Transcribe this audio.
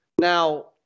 Now